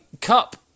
cup